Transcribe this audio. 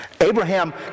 Abraham